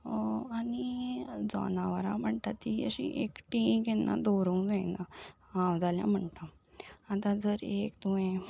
आनी जनावरां म्हणटा तीं अशीं एकठीं केन्ना दवरूंक जायना हांव जाल्यार म्हणटा आतां जर एक तुवें